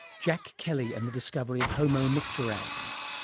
jack kelly and the discovery of homo micturans.